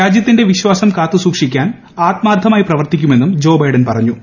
രാജ്യത്തിന്റെ വിശ്വാസം കാത്തുസൂക്ഷിക്കാൻ ആത്മാർത്ഥമായി പ്രവർത്തിക്കുമെന്നും ജോ ബൈഡൻ പറഞ്ഞു